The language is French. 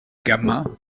dérive